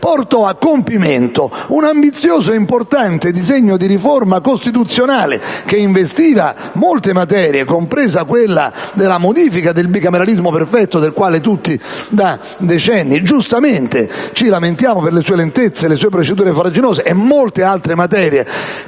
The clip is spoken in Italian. portarono a compimento un ambizioso ed importante disegno di riforma costituzionale che investiva molte materie, compresa quella della modifica del bicameralismo perfetto del quale tutti, da decenni, giustamente ci lamentiamo per le sue lentezze e per le sue procedure farraginose, e molte altre materie